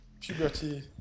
Puberty